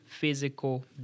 physical